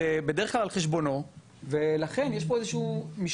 זה בדרך כלל על חשבונו ולכן יש פה איזה שהוא משקל